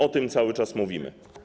O tym cały czas mówimy.